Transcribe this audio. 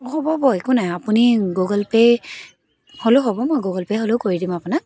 হ'ব হ'ব একো নাই আপুনি গুগল পে' হ'লেও হ'ব গুগল পে' হ'লেও কৰি দিম আপোনাক